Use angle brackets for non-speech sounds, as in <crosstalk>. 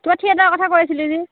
<unintelligible>